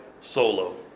solo